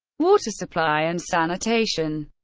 water supply and sanitation